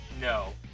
No